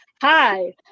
hi